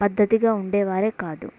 పద్ధతిగా ఉండేవారే కాదు